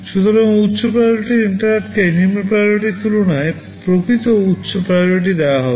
সুতরাং উচ্চ PRIORITY INTERRUPTকে নিম্ন PRIORITY র তুলনায় প্রকৃত উচ্চ PRIORITY দেওয়া হবে